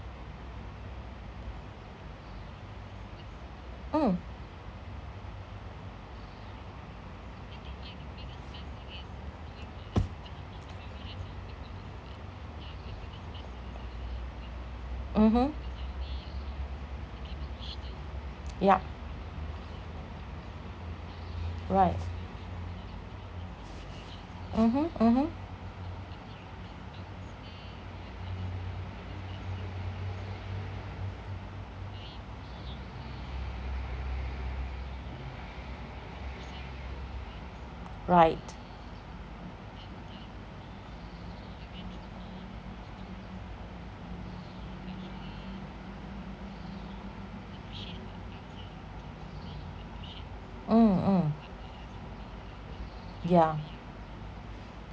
mm mmhmm yup right mmhmm mmhmm right mm mm yeah